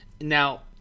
Now